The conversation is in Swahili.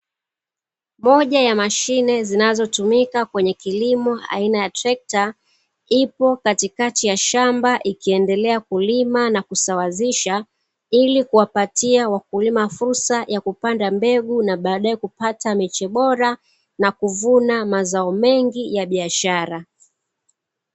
Moja ya mahine zinazotumika kenye kilimo aina ya trekta ipo katikati ya shamba, ikiendelea kulima na kusawazisha ili kuwapatia wakulima fursa ya kupanda mbegu na baadae kupata miche bora na kuvuna mazao mengi ya biashara.